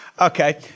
Okay